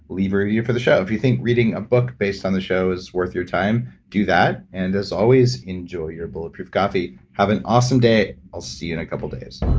leave a review for the show if you think reading a book based on the show is worth your time, do that. and as always, enjoy your bulletproof coffee. have an awesome day. i'll see you in a couple of days